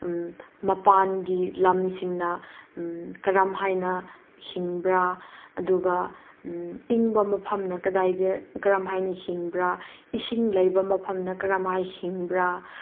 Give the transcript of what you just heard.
ꯃꯄꯥꯟꯒꯤ ꯂꯝꯁꯤꯡꯅ ꯀꯔꯝ ꯍꯥꯏꯅ ꯍꯤꯡꯕ꯭ꯔꯥ ꯑꯗꯨꯒ ꯏꯪꯕ ꯃꯐꯝꯅ ꯀꯗꯥꯏꯗ ꯀꯔꯝ ꯍꯥꯏꯅ ꯍꯤꯡꯕ꯭ꯔꯥ ꯏꯁꯤꯡ ꯂꯩꯕ ꯃꯐꯝꯅ ꯀꯔꯝ ꯍꯥꯏꯅ ꯍꯤꯡꯕ꯭ꯔꯥ